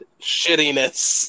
shittiness